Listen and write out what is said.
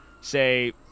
say